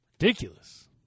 Ridiculous